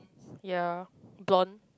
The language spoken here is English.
ya blonde